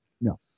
No